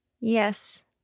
yes